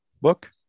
book